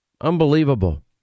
Unbelievable